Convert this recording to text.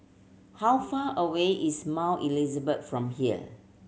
how far away is Mount Elizabeth from here